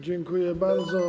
Dziękuję bardzo.